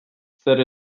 zer